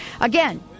again